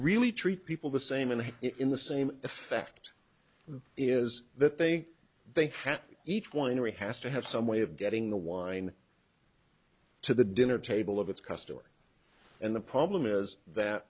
really treat people the same and in the same effect is that they they have each winery has to have some way of getting the wine to the dinner table of its customers and the problem is that